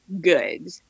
good